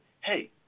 hey